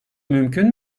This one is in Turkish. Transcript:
mümkün